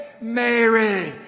Mary